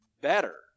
better